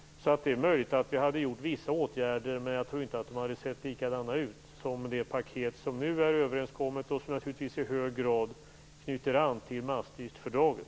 Det är möjligt att vi hade genomfört vissa åtgärder, men jag tror inte att det skulle ha sett likadana ut som det paket som nu är överenskommet och som naturligtvis i hög grad knyter an till Maastrichtfördraget.